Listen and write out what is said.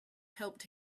helped